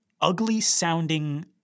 ugly-sounding